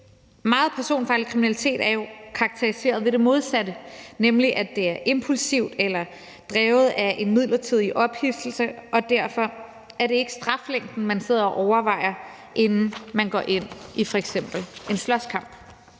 meget personfarlig kriminalitet er jo karakteriseret ved det modsatte, nemlig at det er impulsivt eller drevet af en midlertidig ophidselse, og derfor sidder man ikke og overvejer straflængden, inden man f.eks. går ind i en slåskamp.